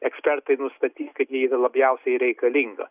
ekspertai nustatys kad ji yra labiausiai reikalinga